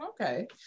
Okay